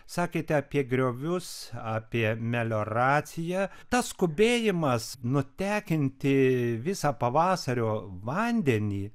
sakėte apie griovius apie melioraciją tas skubėjimas nutekinti visą pavasario vandenį